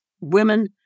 women